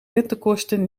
rentekosten